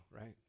right